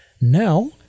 Now